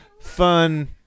Fun